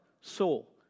soul